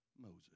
Moses